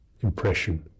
impression